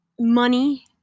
Money